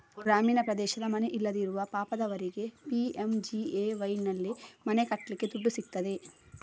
ಗ್ರಾಮೀಣ ಪ್ರದೇಶದ ಮನೆ ಇಲ್ಲದಿರುವ ಪಾಪದವರಿಗೆ ಪಿ.ಎಂ.ಜಿ.ಎ.ವೈನಲ್ಲಿ ಮನೆ ಕಟ್ಲಿಕ್ಕೆ ದುಡ್ಡು ಸಿಗ್ತದೆ